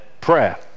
prayer